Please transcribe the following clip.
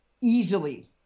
easily